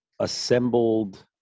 assembled